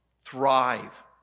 thrive